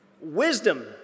Wisdom